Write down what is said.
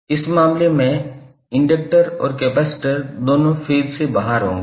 इस मामले में इंडक्टर और कपैसिटर दोनों फेज़ से बाहर होंगे